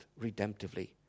redemptively